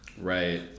Right